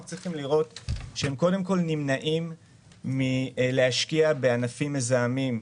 אנחנו צריכים לראות שהם קודם כול נמנעים מהשקעה בענפים מזהמים,